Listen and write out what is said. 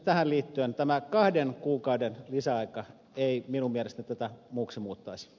tähän liittyen tämä kahden kuukauden lisäaika ei minun mielestäni tätä muuksi muuttaisi